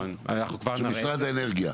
נכון, אנחנו כבר נראה את זה.